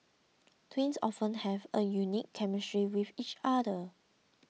twins often have a unique chemistry with each other